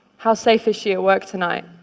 how safe is she at work tonight?